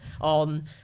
on